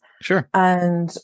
Sure